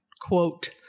quote-